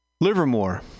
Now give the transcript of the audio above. Livermore